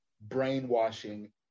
brainwashing